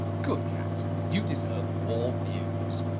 good cat, you deserve more views.